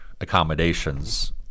accommodations